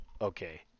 okay